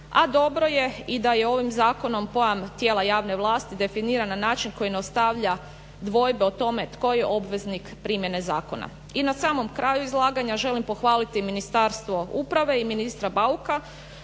a dobro je i da je ovim zakonom plan tijela javne vlasti definiran na način koji ne ostavlja dvojbe o tome tko je obveznik primjene zakona. I na samom kraju izlaganja želim pohvaliti Ministarstvo uprave i ministra Bauka